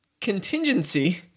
contingency